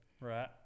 Right